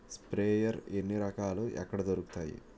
Sprayer ఎన్ని రకాలు? ఎక్కడ దొరుకుతాయి?